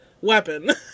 weapon